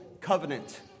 covenant